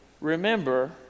remember